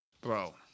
Bro